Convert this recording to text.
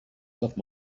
love